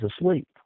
asleep